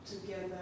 together